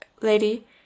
lady